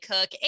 Cook